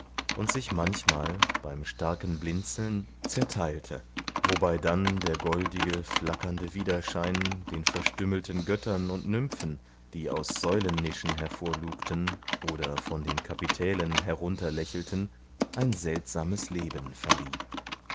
und sich manchmal beim starken blinzen zerteilte wobei dann der goldige flackernde widerschein den verstümmelten göttern und nymphen die aus säulennischen hervorlugten oder von den kapitälen herunter lächelten ein seltsames leben verlieh